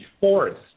forest